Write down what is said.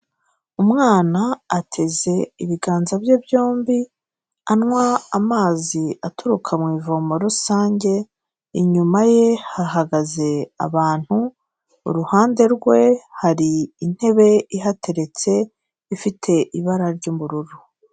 Umwana ateze ibiganza bye byombi anywa amazi aturuka mu ivomo rusange, inyuma ye hahagaze abantu, iruhande rwe hari intebe ihateretse ifite ibara ry'ubururu.